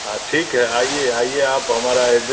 हाँ ठीक है आइए आइए आप हमारा एड्रे